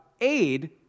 aid